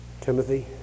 Timothy